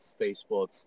Facebook